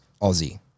Aussie